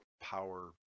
power